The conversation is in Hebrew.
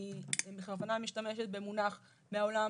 אני בכוונה משתמשת במונח מהעולם